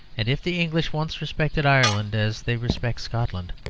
and if the english once respected ireland as they respect scotland,